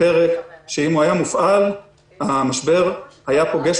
פרק שאם היה מופעל המשבר היה פוגש